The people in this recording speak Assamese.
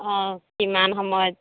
অ' কিমান সময়ত